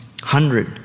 hundred